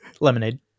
Lemonade